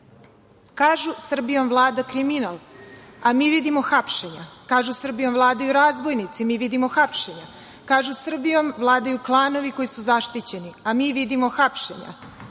Srbijom vlada kriminal. Mi vidimo hapšenja. Kažu Srbijom vladaju razbojnici. Mi vidimo hapšenja. Kažu Srbijom vladaju klanovi koji su zaštićeni. Mi vidimo hapšenja.